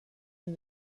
den